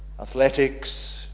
athletics